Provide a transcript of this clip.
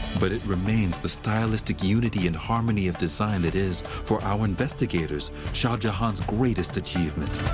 but it remains the stylistic unity and harmony of design that is, for our investigators, shah jahan's greatest achievement.